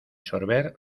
sorber